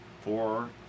Four